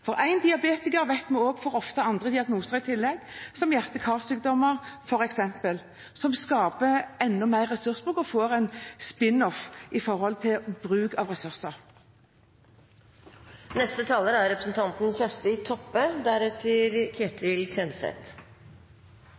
For vi vet at en diabetiker ofte får andre diagnoser i tillegg, som f.eks. hjerte- og karsykdommer, som utløser enda mer ressursbruk – gir en «spin-off» når det gjelder bruk av ressurser.